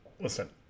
Listen